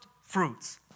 fruits